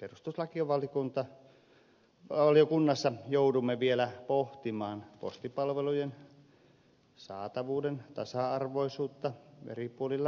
perustuslakivaliokunnassa joudumme vielä pohtimaan postipalvelujen saatavuuden tasa arvoisuutta eri puolilla maata